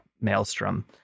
maelstrom